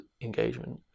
engagement